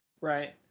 right